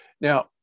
Now